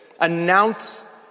announce